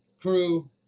crew